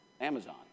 Amazon